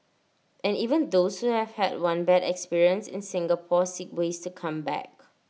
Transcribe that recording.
and even those who have had one bad experience in Singapore seek ways to come back